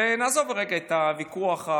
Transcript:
ונעזוב לרגע את הוויכוח,